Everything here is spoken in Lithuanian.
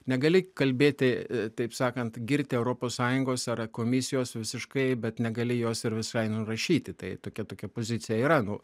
negali kalbėti taip sakant girti europos sąjungos ar komisijos visiškai bet negali jos ir visai nurašyti tai tokia tokia pozicija yra nu